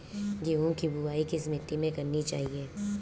गेहूँ की बुवाई किस मिट्टी में करनी चाहिए?